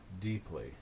deeply